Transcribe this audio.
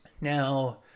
Now